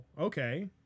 okay